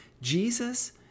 Jesus